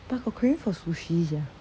but I got craving for sushi sia